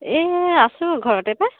এই আছোঁ ঘৰতে পায়